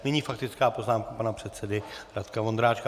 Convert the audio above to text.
Nyní faktická poznámka pana předsedy Radka Vondráčka.